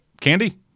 Candy